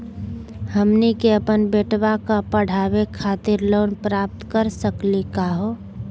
हमनी के अपन बेटवा क पढावे खातिर लोन प्राप्त कर सकली का हो?